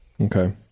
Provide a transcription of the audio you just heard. okay